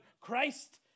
Christ